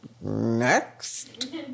next